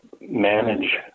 manage